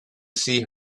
see